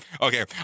Okay